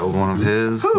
ah one of his.